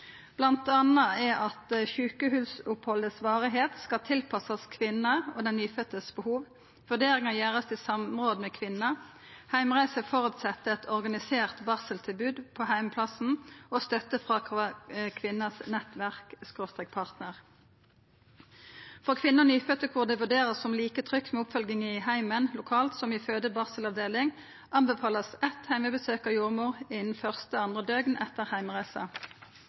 at sjukehusopphaldets varigheit skal tilpassast kvinna og den nyføddes behov. Vurderinga skal gjerast i samråd med kvinna. Heimreise føreset eit organisert barseltilbod på heimplassen og støtte frå kvinnas nettverk/partnar. For kvinner og nyfødde der det vert vurdert som like trygt med oppfølging i heimen eller lokalt som i føde-/barselavdeling, vert det anbefalt eitt heimebesøk av jordmor innan første eller andre døgn etter